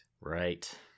Right